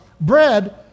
bread